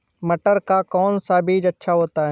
मटर का कौन सा बीज अच्छा होता हैं?